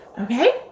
Okay